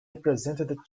represented